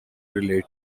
relate